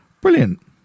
Brilliant